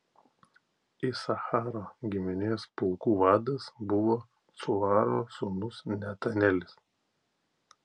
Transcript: isacharo giminės pulkų vadas buvo cuaro sūnus netanelis